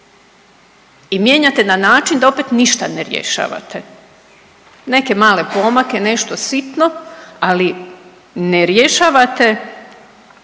I mijenjate na način da opet ništa ne rješavate. Neke male pomake, nešto sitno, ali ne rješavate